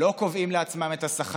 הם לא קובעים לעצמם את השכר.